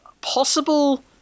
possible